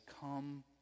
come